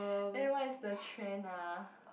then what is the trend ah